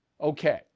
Okay